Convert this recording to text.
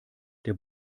der